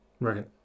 Right